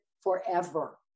Forever